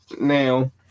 now